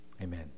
Amen